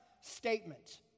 statement